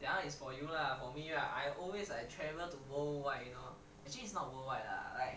that one is for you lah for me right I always like to travel to worldwide you know actually it's not worldwide like